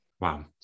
Wow